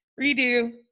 redo